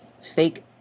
Fake